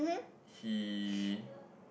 he